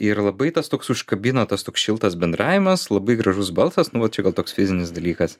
ir labai tas toks užkabino tas toks šiltas bendravimas labai gražus balsas nu va čia gal toks fizinis dalykas